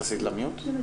במשפט.